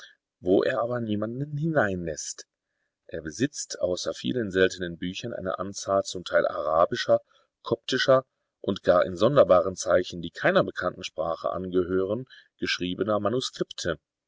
wo er aber niemanden hineinläßt er besitzt außer vielen seltenen büchern eine anzahl zum teil arabischer koptischer und gar in sonderbaren zeichen die keiner bekannten sprache angehören geschriebener manuskripte